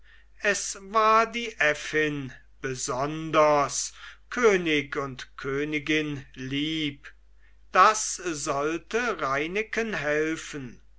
es war die äffin besonders könig und königin lieb das sollte reineken helfen